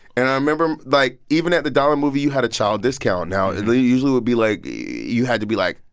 and i remember, like, even at the dollar movie you had a child discount. now, they usually would be like you had to be, like,